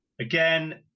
again